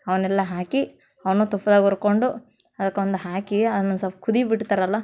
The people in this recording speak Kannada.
ಅವನ್ನೆಲ್ಲ ಹಾಕಿ ಅವನ್ನು ತುಪ್ದಾಗೆ ಹುರ್ಕೊಂಡು ಅದ್ಕೊಂದು ಹಾಕಿ ಅದ್ನ ಸಲ್ಪ ಕುದಿ ಬಿಡ್ತಾರಲ್ವ